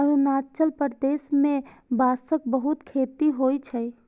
अरुणाचल प्रदेश मे बांसक बहुत खेती होइ छै